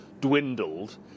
dwindled